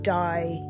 die